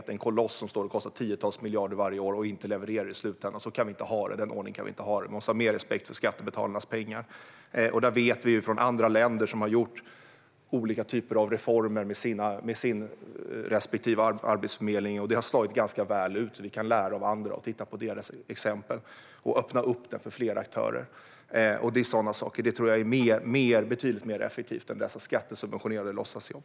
Det är en koloss som kostar tiotals miljarder varje år och inte levererar i slutändan. Den ordningen kan vi inte ha. Vi måste ha mer respekt för skattebetalarnas pengar. I andra länder har man gjort olika typer av reformer av sina respektive arbetsförmedlingar, och vi vet att de har slagit ganska väl ut. Vi kan lära av andra, titta på deras exempel och öppna för flera aktörer. Jag tror att sådana saker är betydligt effektivare än dessa skattesubventionerade låtsasjobb.